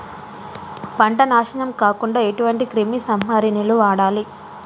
పంట నాశనం కాకుండా ఎటువంటి క్రిమి సంహారిణిలు వాడాలి?